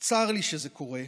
צר לי שזה קורה.